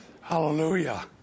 hallelujah